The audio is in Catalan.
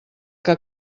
que